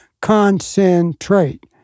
Concentrate